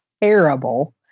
terrible